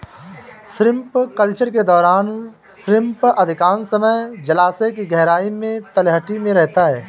shrimp culture के दौरान shrimp अधिकांश समय जलायश की गहराई में तलहटी में रहता है